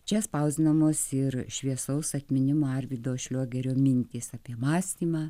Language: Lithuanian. čia spausdinamos ir šviesaus atminimo arvydo šliogerio mintys apie mąstymą